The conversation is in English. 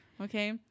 Okay